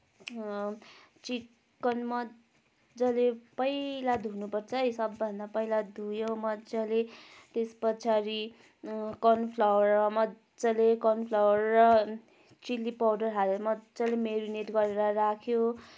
chicken मजाले पहिला धुनुपर्छ है सबभन्दा पहिला धोयो मजाले त्यस पछाडि कर्न फ्लोर मजाले कर्न फ्लोर र चिल्ली पाउडर हालेर मजाले मेरिनेट गरेर राख्यो